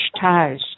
ties